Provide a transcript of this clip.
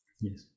Yes